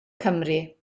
cymru